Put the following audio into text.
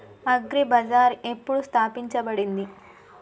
Agri Bazaar ఎప్పుడు స్థాపించబడింది?